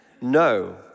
No